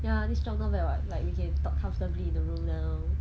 ya this job not bad [what] like we can talk comfortably in the room now